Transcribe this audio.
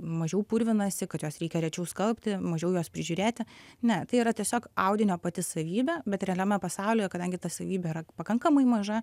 mažiau purvinasi kad juos reikia rečiau skalbti mažiau juos prižiūrėti ne tai yra tiesiog audinio pati savybė bet realiame pasaulyje kadangi ta savybė yra pakankamai maža